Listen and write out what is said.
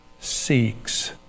seeks